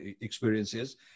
experiences